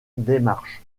démarche